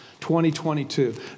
2022